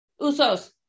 Usos